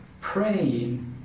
Praying